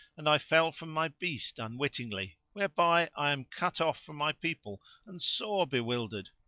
and i fell from my beast unwittingly whereby i am cut off from my people and sore bewildered.